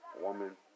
woman